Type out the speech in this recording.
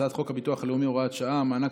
הצעת חוק הביטוח הלאומי (הוראת שעה) (מענק